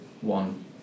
one